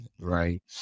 right